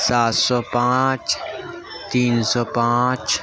سات سو پانچ تین سو پانچ